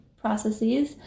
processes